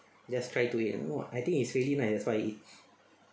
just try do it oh I think it's really nice that's why